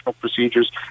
procedures